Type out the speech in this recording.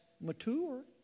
mature